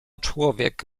człowiek